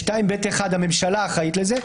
ב-2ב(1) הממשלה אחראית לזה.